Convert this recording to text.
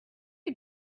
you